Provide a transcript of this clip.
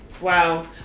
Wow